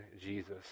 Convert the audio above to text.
Jesus